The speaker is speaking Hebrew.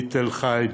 מתל-חי,